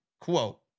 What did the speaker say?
quote